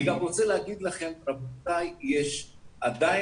אני רוצה להגיד לכם, רבותיי, עדיין